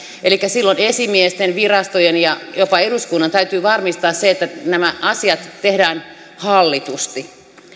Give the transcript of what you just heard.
elikkä silloin esimiesten virastojen ja jopa eduskunnan täytyy varmistaa se että nämä asiat tehdään hallitusti